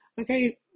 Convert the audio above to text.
Okay